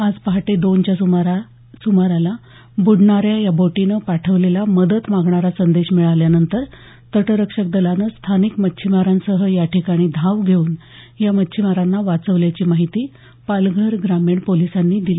आज पहाटे दोनच्या सुमाराला बुडणाऱ्या या बोटीनं पाठवलेला मदत मागणारा संदेश मिळाल्यानंतर तटरक्षक दलानं स्थानिक मच्छिमारांसह या ठिकाणी धाव घेऊन या मच्छिमारांना वाचवल्याची माहिती पालघर ग्रामीण पोलिसांनी दिली